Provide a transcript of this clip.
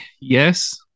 yes